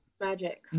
Magic